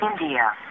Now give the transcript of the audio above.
India